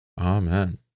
Amen